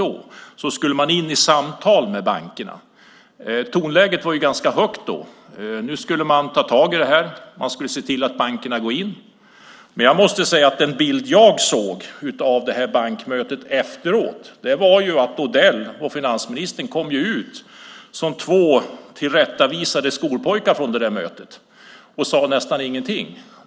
Man skulle in i samtal med bankerna. Tonläget var då ganska högt. Nu skulle man ta tag i detta och se till att bankerna gick in i systemet. Den bild jag såg av bankmötet efteråt var att Odell och finansministern kom ut som två tillrättavisade skolpojkar från mötet och sade nästan ingenting.